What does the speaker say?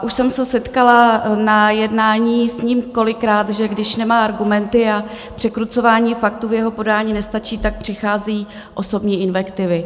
Už jsem se setkala na jednání s ním kolikrát, že když nemá argumenty a překrucování faktů v jeho podání nestačí, tak přicházejí osobní invektivy.